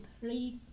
three